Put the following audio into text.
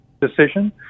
decision